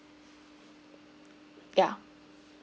yeah